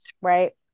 right